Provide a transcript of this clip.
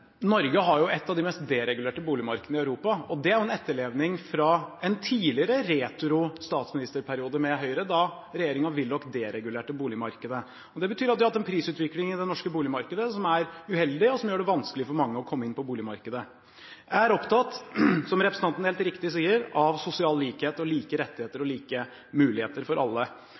Norge har et av de mest deregulerte boligmarkedene i Europa. Det er en etterlevning fra en tidligere retro statsministerperiode med Høyre, da regjeringen Willoch deregulerte boligmarkedet. Det betyr at vi har hatt en prisutvikling i det norske boligmarkedet som er uheldig, og som gjør det vanskelig for mange å komme inn på boligmarkedet. Jeg er, som representanten helt riktig sier, opptatt av sosial likhet, like rettigheter og like muligheter for alle,